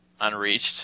Unreached